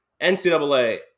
NCAA